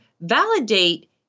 validate